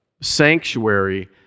sanctuary